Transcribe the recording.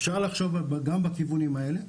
אפשר לחשוב גם בכיוונים האלה,